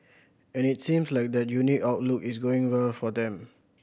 and it seems like that unique outlook is going well for them